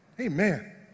Amen